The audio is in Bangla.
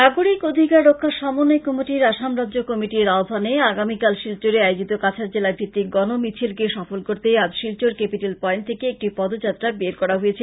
নাগরিক অধিকার রক্ষা সমন্বয় কমিটির আসাম রাজ্য কমিটির আহ্বানে আগামীকাল শিলচরে আয়োজিতকাছাড় জেলা ভিত্তিক গণ মিছিলকে সফল করতে আজ শিলচর কেপিটেল পয়েন্ট থেকে একটি পদ যাত্রা বের করা হয়েছে